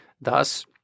Thus